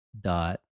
dot